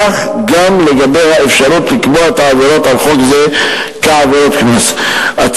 כך גם לגבי האפשרות לקבוע את העבירות על חוק זה כעבירות קנס.